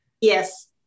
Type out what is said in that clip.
Yes